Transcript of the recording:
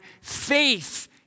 faith